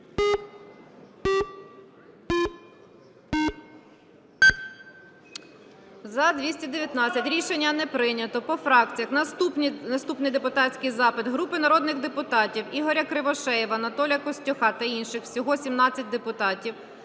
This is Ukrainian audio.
За-219 Рішення не прийнято. По фракціях. Наступний депутатський запит групи народних депутатів (Ігоря Кривошеєва, Анатолія Костюха та інших, всього 17 депутатів)